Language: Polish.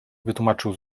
wytłumaczył